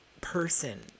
person